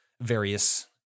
various